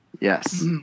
Yes